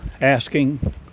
asking